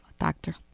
Doctor